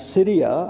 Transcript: Syria